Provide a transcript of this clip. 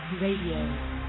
Radio